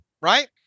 right